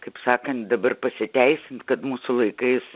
kaip sakant dabar pasiteisint kad mūsų laikais